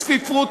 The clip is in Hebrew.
צפיפות,